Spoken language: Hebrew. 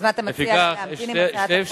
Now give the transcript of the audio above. אז מה, אתה מציע להמתין עם הצעת החוק?